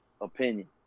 opinion